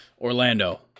Orlando